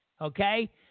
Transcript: Okay